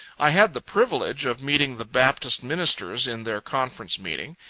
i had the privilege of meeting the baptist ministers in their conference meeting.